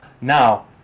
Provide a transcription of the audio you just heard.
Now